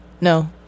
No